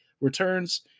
returns